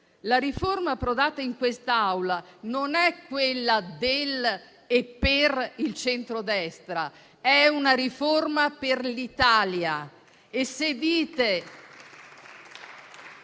La riforma approdata in quest'Aula non è quella del e per il centrodestra: è una riforma per l'Italia.